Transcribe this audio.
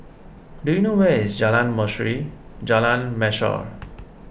do you know where is Jalan Mashhor Jalan